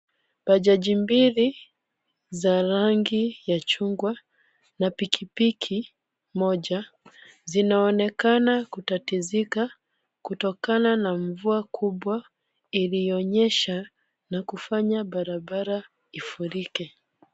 Bajaji mbili za rangi ya chungwa na pikipiki moja zinaonekana kutatizika kutokana na mvua kubwa ilionyesha na kufanya barabara ifurike.